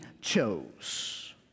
chose